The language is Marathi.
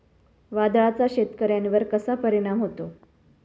वादळाचा शेतकऱ्यांवर कसा परिणाम होतो?